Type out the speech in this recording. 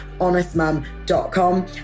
HonestMum.com